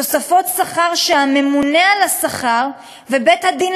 תוספות שכר שהממונה על השכר ובית-הדין